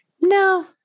No